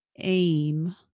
aim